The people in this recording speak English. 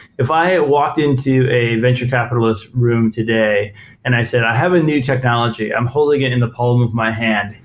if i walked into a venture capitalist room today and i said, i have a new technology. i'm holding it in the palm of my hand.